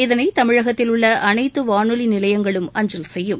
இதனை தமிழகத்தில் உள்ள அனைத்து வானொலி நிலையங்களும் அஞ்சல் செய்யும்